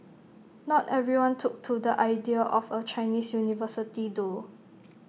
not everyone took to the idea of A Chinese university though